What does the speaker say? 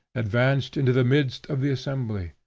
advanced into the midst of the assembly.